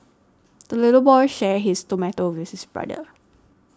the little boy shared his tomato with his brother